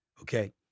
Okay